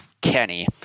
Kenny